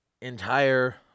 entire